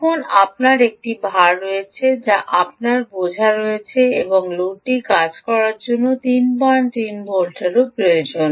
এবং আপনার একটি ভার রয়েছে যা আপনার বোঝা রয়েছে এবং লোডটি কাজ করার জন্য 33 ভোল্টেরও প্রয়োজন